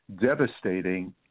devastating